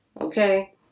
Okay